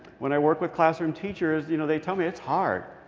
when i work with classroom teachers, you know, they tell me, it's hard.